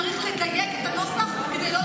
אמר שצריך לדייק בנוסח כדי לא לפגוע ביורשים.